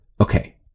Okay